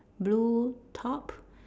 blue top